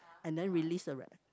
and then release the rat